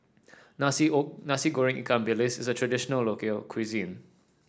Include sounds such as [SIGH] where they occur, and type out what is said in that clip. nasi [UNINTELLIGIBLE] Nasi Goreng Ikan Bilis is a traditional local cuisine